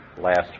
last